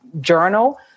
journal